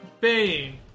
Bane